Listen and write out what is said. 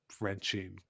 wrenching